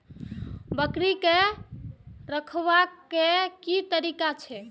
बकरी के रखरखाव के कि तरीका छै?